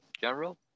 general